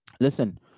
listen